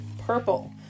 Purple